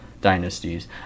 Dynasties